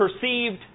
perceived